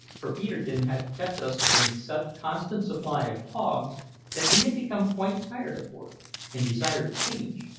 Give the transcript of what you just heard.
for peterkin had kept us in such constant supply of hogs that we had become quite tired of pork and desired a change.